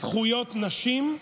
זכויות נשים,